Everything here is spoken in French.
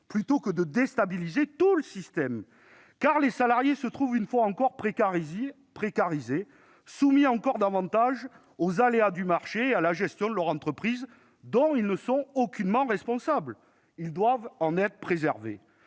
plutôt que de déstabiliser tout le système. Les salariés se trouvent une nouvelle fois précarisés et encore davantage soumis aux aléas du marché et à la gestion de leur entreprise, dont ils ne sont aucunement responsables. Ils doivent en être préservés.